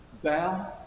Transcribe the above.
Thou